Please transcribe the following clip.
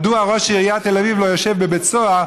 מדוע ראש עיריית תל אביב לא יושב בבית סוהר